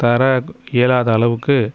தர இயலாத அளவுக்கு